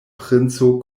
princo